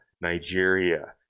Nigeria